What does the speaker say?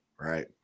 Right